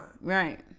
Right